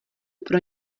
pro